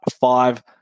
five